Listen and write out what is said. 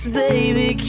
baby